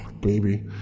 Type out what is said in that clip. baby